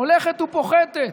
הולכת ופוחתת.